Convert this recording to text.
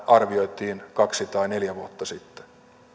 arvioitiin kaksi tai neljä vuotta sitten